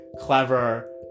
clever